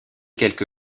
quelque